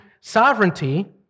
sovereignty